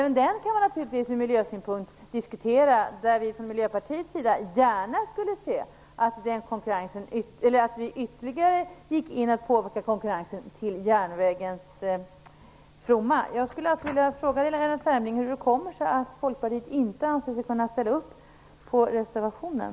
Även den kan man naturligtvis diskutera ur miljösynpunkt. Vi i Miljöpartiet skulle gärna se att man ytterligare påverkade konkurrensen till järnvägens fromma. Jag skulle vilja fråga Lennart Fremling hur det kommer sig att Folkpartiet inte anser sig kunna ställa upp på reservationen.